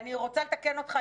ואני רוצה לתקן אותך,